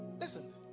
Listen